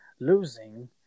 losing